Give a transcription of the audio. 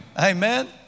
Amen